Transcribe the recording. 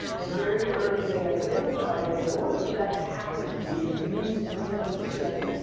and very early, they identified that in order for that to happen and be of use in the clinical setting,